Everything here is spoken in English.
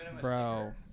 Bro